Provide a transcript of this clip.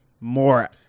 More